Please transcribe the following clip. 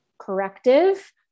Corrective